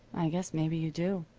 i guess maybe you do.